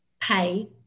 pay